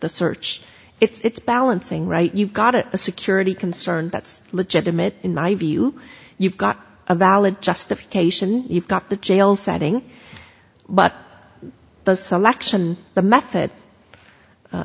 the search it's balancing right you've got a security concern that's legitimate in my view you've got a valid justification you've got the jail setting but the selection the method